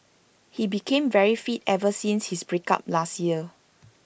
he became very fit ever since his break up last year